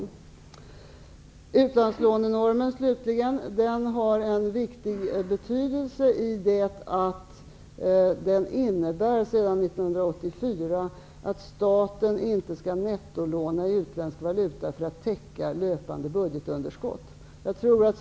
Slutligen har vi frågan om utlandslånenormen. Den har en viktig betydelse i det att sedan 1984 har staten inte nettolånat utländsk valuta för att täcka löpande budgetunderskott.